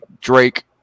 Drake